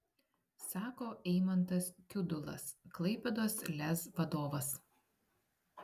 sako eimantas kiudulas klaipėdos lez vadovas